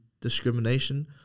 discrimination